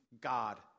God